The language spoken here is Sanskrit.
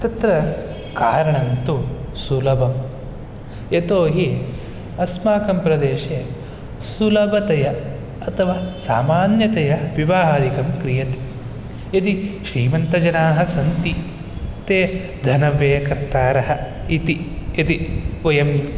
तत्र कारणं तु सुलभं यतोहि अस्माकं प्रदेशे सुलभतया अथवा सामान्यतया विवाहादिकं क्रियते यदि श्रीमन्तजनाः सन्ति ते धनव्ययकर्तारः इति वयं